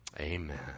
amen